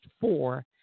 four